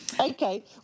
Okay